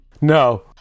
No